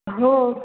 हो